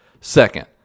Second